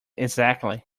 exactly